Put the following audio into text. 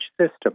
system